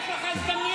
חבר הכנסת טיבי.